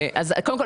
קודם כול,